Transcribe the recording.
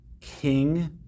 king